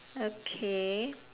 okay